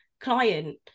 client